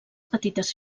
petites